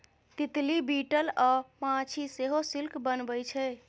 तितली, बिटल अ माछी सेहो सिल्क बनबै छै